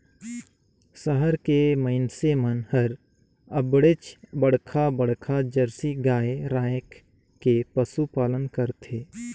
सहर के मइनसे मन हर अबड़ेच बड़खा बड़खा जरसी गाय रायख के पसुपालन करथे